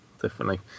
differently